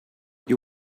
you